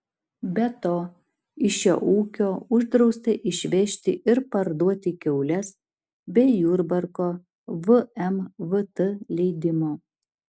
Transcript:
be to iš šio ūkio uždrausta išvežti ar parduoti kiaules be jurbarko vmvt leidimo